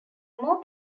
more